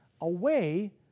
away